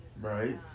Right